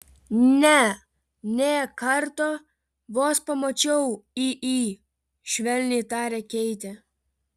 ne nė karto vos pamačiau į į švelniai tarė keitė